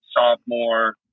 sophomore